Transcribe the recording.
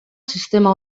sistema